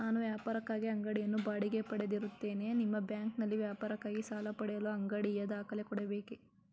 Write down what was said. ನಾನು ವ್ಯಾಪಾರಕ್ಕಾಗಿ ಅಂಗಡಿಯನ್ನು ಬಾಡಿಗೆ ಪಡೆದಿರುತ್ತೇನೆ ನಿಮ್ಮ ಬ್ಯಾಂಕಿನಲ್ಲಿ ವ್ಯಾಪಾರಕ್ಕಾಗಿ ಸಾಲ ಪಡೆಯಲು ಅಂಗಡಿಯ ದಾಖಲೆ ಕೊಡಬೇಕೇ?